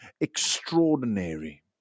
extraordinary